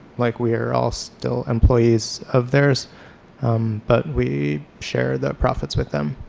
like we are all still employees of theirs but we share the profits with them.